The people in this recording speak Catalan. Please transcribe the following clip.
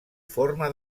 forma